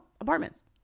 apartments